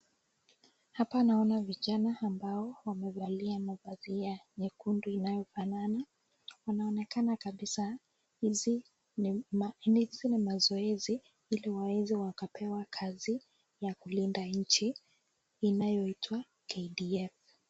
Hapa naona vijana ambao wamevalia mavazi ya nyekundu inayo fanana . Wanaonekana kabisa hizi ni mazoezi ili waweze wakapewa kazi ya kulinda nchi inayoitwa KDF .